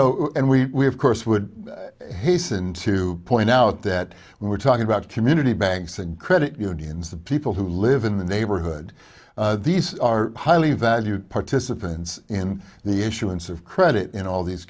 know and we have course would hasten to point out that we're talking about community banks and credit unions the people who live in the neighborhood these are highly valued participants in the issuance of credit in all these